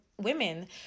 women